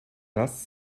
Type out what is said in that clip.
das